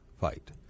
fight